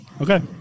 Okay